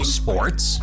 sports